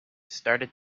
started